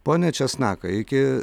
pone česnakai iki